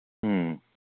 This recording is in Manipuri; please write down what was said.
ꯎꯝ